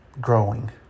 growing